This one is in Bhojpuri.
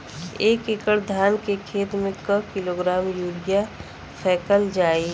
एक एकड़ धान के खेत में क किलोग्राम यूरिया फैकल जाई?